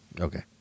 Okay